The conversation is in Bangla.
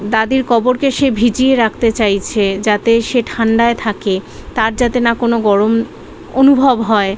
দাদির কবরকে সে ভিজিয়ে রাখতে চাইছে যাতে সে ঠান্ডায় থাকে তার যাতে না কোনো গরম অনুভব হয়